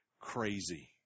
crazy